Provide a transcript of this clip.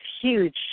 huge